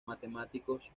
matemáticos